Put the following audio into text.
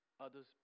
others